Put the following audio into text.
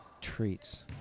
treats